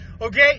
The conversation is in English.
okay